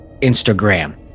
Instagram